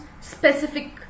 specific